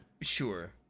sure